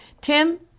Tim